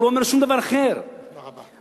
הוא לא אומר שום דבר אחר, תודה רבה.